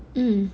mm